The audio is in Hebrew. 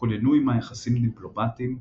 כוננו עמה יחסים דיפלומטיים,